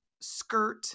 skirt